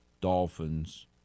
dolphins